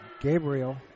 Gabriel